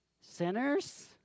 sinners